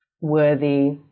worthy